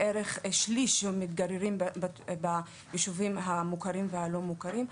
בערך שליש מתגוררים ביישובים המוכרים והלא מוכרים.